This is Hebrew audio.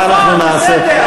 מה אנחנו נעשה.